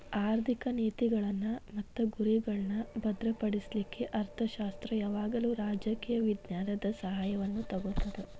ಆರ್ಥಿಕ ನೇತಿಗಳ್ನ್ ಮತ್ತು ಗುರಿಗಳ್ನಾ ಭದ್ರಪಡಿಸ್ಲಿಕ್ಕೆ ಅರ್ಥಶಾಸ್ತ್ರ ಯಾವಾಗಲೂ ರಾಜಕೇಯ ವಿಜ್ಞಾನದ ಸಹಾಯವನ್ನು ತಗೊತದ